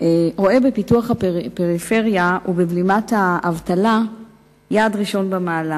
רואה בפיתוח הפריפריה ובבלימת האבטלה יעד ראשון במעלה.